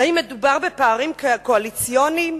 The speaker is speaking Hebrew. האם מדובר בפערים קואליציוניים?